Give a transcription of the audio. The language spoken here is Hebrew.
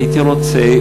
הייתי רוצה,